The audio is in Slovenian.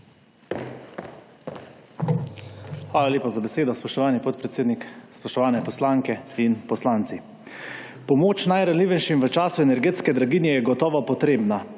Hvala lepa za besedo, spoštovani podpredsednik. Spoštovani poslanke in poslanci! Pomoč najranljivejšim v času energetske draginje je gotovo potrebna,